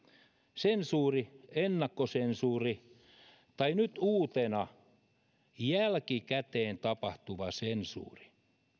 sensuuri ennakkosensuuri tai nyt uutena jälkikäteen tapahtuva sensuuri